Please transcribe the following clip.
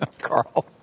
Carl